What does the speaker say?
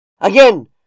Again